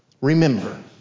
remember